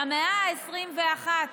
למאה ה-21.